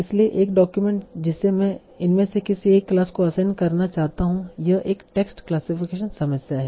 इसलिए एक डॉक्यूमेंट जिसे मैं इनमें से किसी एक क्लास को असाइन करना चाहता हूं यह एक टेक्स्ट क्लासिफिकेशन समस्या है